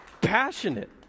passionate